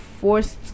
forced